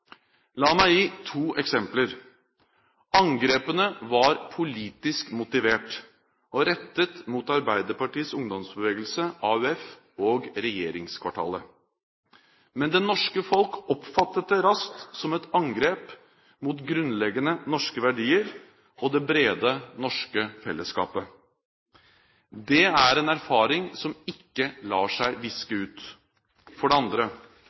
La meg gi to eksempler. Angrepene var politisk motivert og rettet mot Arbeiderpartiets ungdomsbevegelse AUF og regjeringskvartalet. Men det norske folk oppfattet det raskt som et angrep mot grunnleggende norske verdier og det brede norske fellesskapet. Det er en erfaring som ikke lar seg viske ut. For det andre: